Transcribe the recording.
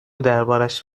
دربارش